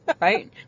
right